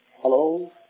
Hello